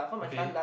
okay